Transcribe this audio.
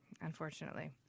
unfortunately